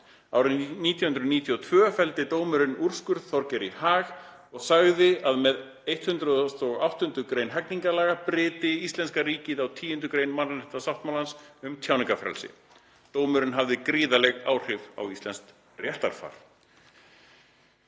Árið 1992 felldi dómurinn úrskurð Þorgeiri í hag og sagði að með 108. grein hegningarlaga bryti íslenska ríkið á 10. grein mannréttindasáttmálans, um tjáningarfrelsi. Dómurinn hafði gríðarleg áhrif á íslenskt réttarfar.“